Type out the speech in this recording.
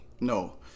no